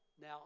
now